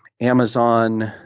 Amazon